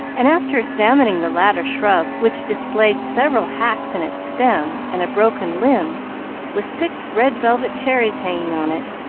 and, after examining the latter shrub, which displayed several hacks in its stem and a broken limb with six red-velvet cherries hanging on it,